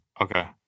Okay